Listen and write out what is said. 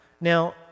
Now